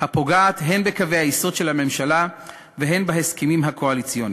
הפוגעת הן בקווי היסוד של הממשלה והן בהסכמים הקואליציוניים.